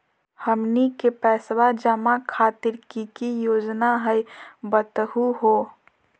हमनी के पैसवा जमा खातीर की की योजना हई बतहु हो?